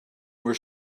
were